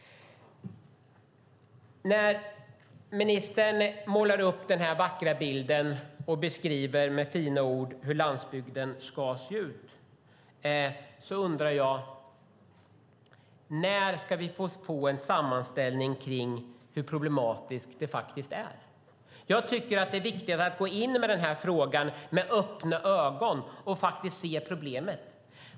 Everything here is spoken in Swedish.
När ministern målar upp den vackra bilden och beskriver med fina ord hur landsbygden ska se ut undrar jag: När ska vi få en sammanställning kring hur problematiskt det faktiskt är? Jag tycker att det är viktigt att gå in i denna fråga med öppna ögon och se problemen.